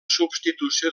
substitució